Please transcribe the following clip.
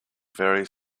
very